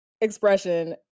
expression